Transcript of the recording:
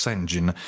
Engine